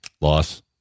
Loss